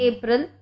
April